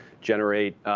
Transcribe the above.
generate